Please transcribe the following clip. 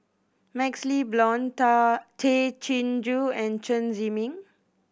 MaxLe Blond Tay Chin Joo and Chen Zhiming